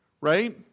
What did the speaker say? right